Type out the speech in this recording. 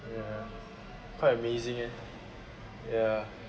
ya quite amazing leh ya